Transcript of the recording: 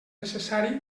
necessari